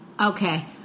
okay